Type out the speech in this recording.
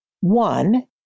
One